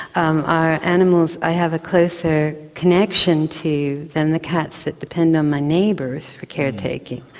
um are animals i have a closer connection to, than the cats that depend on my neighbours for caretaking.